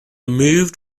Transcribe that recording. moved